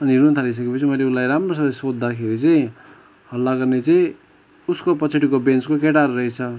अनि रुनु थालिसकेपछि मैले उसलाई राम्रोसँगले सोद्धाखेरि चाहिँ हल्ला गर्ने चाहिँ उसको पछाडिको बेन्चको केटाहरू रहेछ